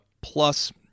plus